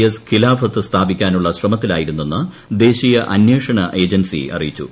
S ഖിലാഫത്ത് സ്ഥാപിക്കാനുള്ള ശ്രമത്തിലായിരുന്നെന്ന് ദേശീയ അന്വേഷണ ഏജൻസി അറിയിച്ചു